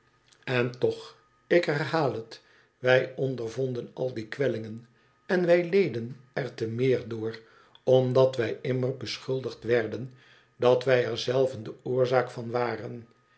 en toch ik herhaal het wij ondervonden al die kwellingen en wij leden er te meer door omdat wy immer beschuldigd werden dat wij er zelven do oorzaak van waren